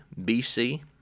BC